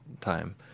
time